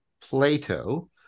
Plato